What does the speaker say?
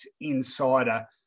Insider